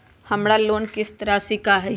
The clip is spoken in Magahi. हमर लोन किस्त राशि का हई?